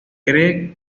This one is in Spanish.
cree